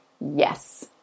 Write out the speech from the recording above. yes